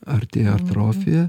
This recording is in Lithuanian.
artėja artrofija